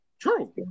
True